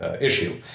issue